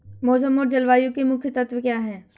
मौसम और जलवायु के मुख्य तत्व क्या हैं?